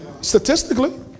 Statistically